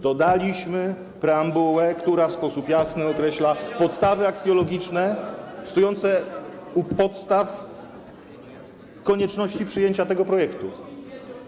dodaliśmy preambułę, która w sposób jasny określa podstawy aksjologiczne stojące u podstaw konieczności przyjęcia tego projektu.